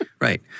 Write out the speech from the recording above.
Right